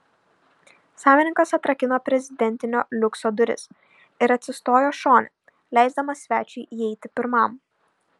savininkas atrakino prezidentinio liukso duris ir atsistojo šone leisdamas svečiui įeiti pirmam